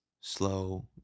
slow